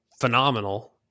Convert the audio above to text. phenomenal